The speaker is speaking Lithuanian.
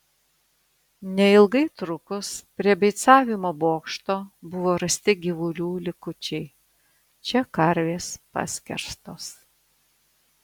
neilgai trukus prie beicavimo bokšto buvo rasti gyvulių likučiai čia karvės paskerstos